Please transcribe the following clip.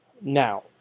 Now